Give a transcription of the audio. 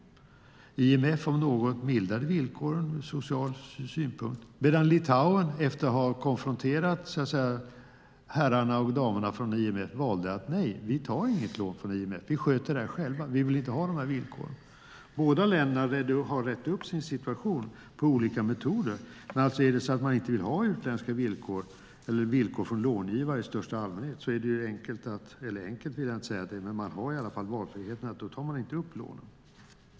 IMF mildrade villkoren ur social synpunkt. Litauen däremot valde, efter att ha konfronterat herrarna och damerna från IMF, att inte ta något lån från IMF utan sköta detta själva. De ville inte ha dessa villkor. Båda länderna har rett upp sin situation med olika metoder. Men vill man inte ha utländska villkor, eller villkor från långivare i största allmänhet, har man valfrihet och tar inte upp lånen.